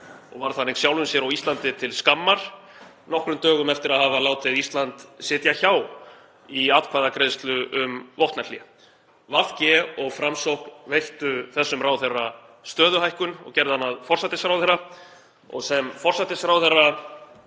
og varð þannig sjálfum sér og Íslandi til skammar nokkrum dögum eftir að hafa látið Ísland sitja hjá í atkvæðagreiðslu um vopnahlé. VG og Framsókn veittu þessum ráðherra stöðuhækkun og gerðu hann að forsætisráðherra og sem forsætisráðherra